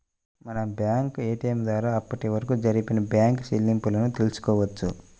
మనం bank ATM ద్వారా అప్పటివరకు జరిపిన బ్యేంకు చెల్లింపులను తెల్సుకోవచ్చు